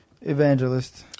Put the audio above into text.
Evangelist